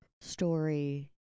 story